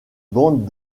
bandes